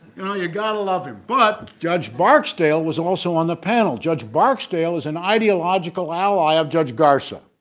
you know you got to love him, but judge barksdale was also on the panel judge barksdale is an ideological ally of judge garza.